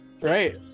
Right